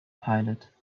pilot